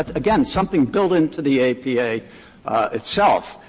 ah again, something built into the apa itself.